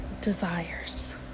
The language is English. Desires